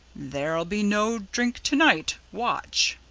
there'll be no drink to-night watch!